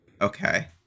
Okay